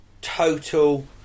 total